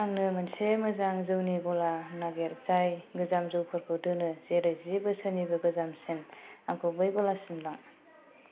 आंनो मोनसे मोजां जौनि ग'ला नागेर जाय गोजाम जौफोरखौ दोनो जेरै जि बोसोरनिबो गोजामसिन आंखौ बै ग'लासिम लां